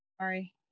Sorry